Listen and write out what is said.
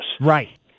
Right